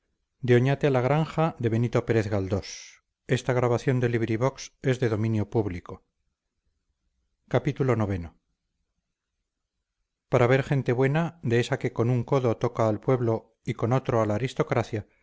para ver gente buena de esa que con un codo toca al pueblo y con otro a la aristocracia